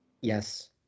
Yes